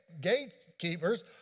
gatekeepers